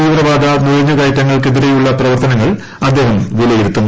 തീവ്രവാദ നുഴഞ്ഞുകയറ്റങ്ങൾക്കെതിരെയുള്ള പ്രവ്യർത്തുനങ്ങൾ അദ്ദേഹം വിലയിരുത്തും